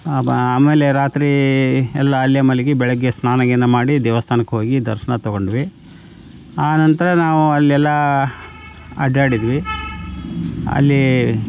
ಆಮೇಲೆ ರಾತ್ರಿ ಎಲ್ಲ ಅಲ್ಲೆ ಮಲಗಿ ಬೆಳಗ್ಗೆ ಸ್ನಾನ ಗೀನ ಮಾಡಿ ದೇವಸ್ಥಾನಕ್ಕೆ ಹೋಗಿ ದರ್ಶನ ತಗೊಂಡ್ವಿ ಆ ನಂತರ ನಾವು ಅಲ್ಲೆಲ್ಲ ಅಡ್ಡಾಡಿದ್ವಿ ಅಲ್ಲಿ